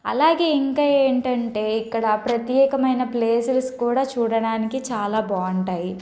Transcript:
అలాగే ఇంకా ఏమిటంటే ఇక్కడ ప్రత్యేకమైన ప్లేసస్ కూడా చూడడానికి చాలా బాగుంటాయి